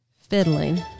fiddling